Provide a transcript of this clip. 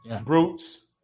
brutes